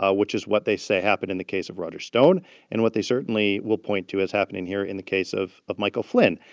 ah which is what they say happened in the case of roger stone and what they certainly will point to is happening here in the case of of michael flynn.